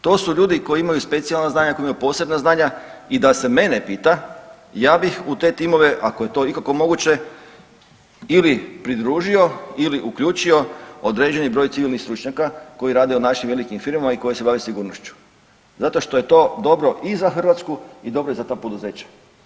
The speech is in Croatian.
To su ljudi koji imaju specijalna znanja, koji imaju posebna znanja i da se mene pita ja bih u te timove ako je to ikako moguće ili pridružio ili uključio određeni broj civilnih stručnjaka koji rade u našim velikim firmama i koji se bave sigurnošću zato što je to dobro i za Hrvatsku i dobro je za ta poduzeća.